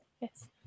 Yes